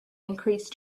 increased